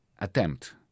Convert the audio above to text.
attempt